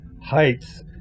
heights